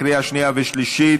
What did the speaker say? לקריאה שנייה ושלישית.